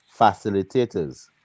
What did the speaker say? facilitators